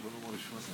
כבוד היושב-ראש,